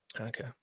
Okay